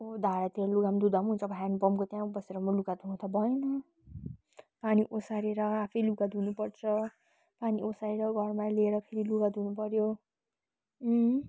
अब धारातिर लुगाम धुँदाम हुन्छ ह्यान्डपम्पको त्यहाँ बसेर म लुगा धुनु त भएन पानी ओसारेर आफै लुगा धुनु पर्छ पानी ओसारेर घरमा ल्याएर फेरि लुगा धुनु पर्यो